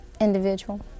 individual